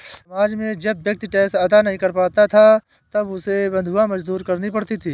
समाज में जब व्यक्ति टैक्स अदा नहीं कर पाता था तब उसे बंधुआ मजदूरी करनी पड़ती थी